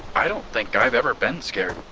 i don't think i've ever been scared.